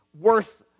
worth